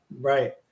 right